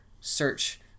search